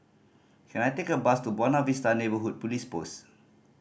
can I take a bus to Buona Vista Neighbourhood Police Post